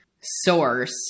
source